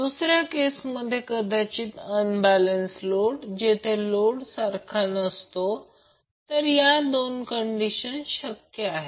याचा अर्थ ही बाजू म्हणूनच L आहे लांबी L दोन्ही चिन्हांकित केलेल्या आहेत